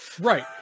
Right